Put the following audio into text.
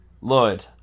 Lloyd